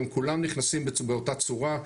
הם כולם נכנסים באותה צורה.